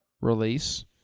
release